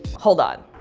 hold on.